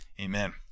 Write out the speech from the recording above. Amen